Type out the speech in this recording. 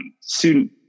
student